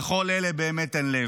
אבל לכל אלה אין באמת לב.